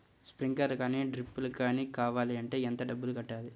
Sprinkler కానీ డ్రిప్లు కాని కావాలి అంటే ఎంత డబ్బులు కట్టాలి?